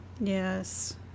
Yes